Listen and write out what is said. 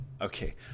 Okay